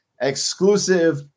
exclusive